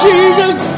Jesus